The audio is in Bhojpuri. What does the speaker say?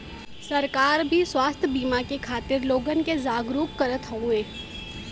सरकार भी स्वास्थ बिमा खातिर लोगन के जागरूक करत हउवे